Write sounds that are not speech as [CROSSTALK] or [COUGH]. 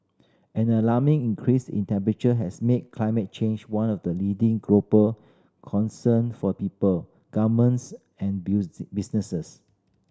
an alarming increase in temperature has made climate change one of the leading global concern for people governments and [UNINTELLIGIBLE] businesses